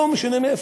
לא משנה מאיפה,